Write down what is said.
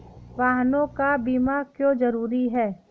वाहनों का बीमा क्यो जरूरी है?